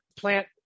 plant